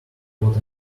what